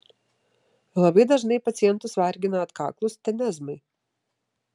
labai dažnai pacientus vargina atkaklūs tenezmai